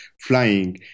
flying